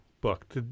book